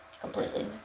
completely